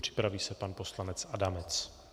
Připraví se pan poslanec Adamec.